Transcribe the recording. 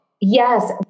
Yes